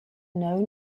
known